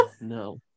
No